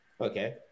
Okay